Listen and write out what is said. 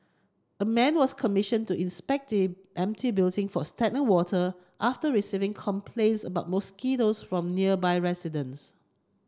a man was commissioned to inspect the empty building for stagnant water after receiving complaints about mosquitoes from nearby residents